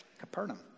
Capernaum